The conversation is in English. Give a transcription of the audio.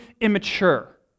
immature